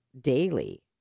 daily